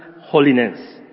holiness